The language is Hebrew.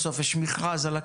בסוף יש מכרז על הקרקע.